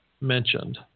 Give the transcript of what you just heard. mentioned